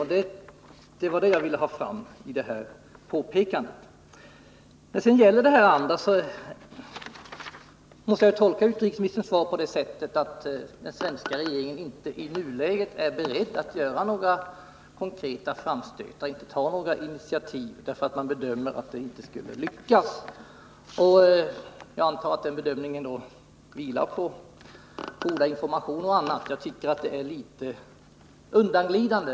Det var det jag ville ha sagt genom mitt påpekande på den punkten. I övrigt måste jag tolka utrikesministerns svar på det sättet att den svenska regeringen inte i nuläget är beredd att göra några konkreta framstötar i frågan och att anledningen till det är att man bedömer att sådana inte skulle lyckas. Jag utgår från att den bedömningen då vilar på goda informationer. Jag tycker dock att den är litet undanglidande.